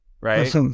Right